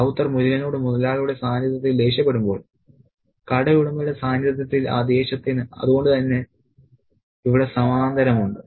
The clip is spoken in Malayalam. റൌത്തർ മുരുകനോട് മുതലാളിയുടെ സാന്നിധ്യത്തിൽ ദേഷ്യപ്പെടുമ്പോൾ കടയുടമയുടെ സാന്നിധ്യത്തിൽ ആ ദേഷ്യത്തിന് അതുകൊണ്ട് ഇവിടെ സമാന്തരമുണ്ട്